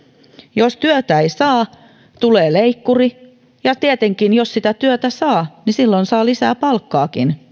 jos työtä ei saa tulee leikkuri ja tietenkin jos sitä työtä saa niin silloin saa lisää palkkaakin